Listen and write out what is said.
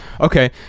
okay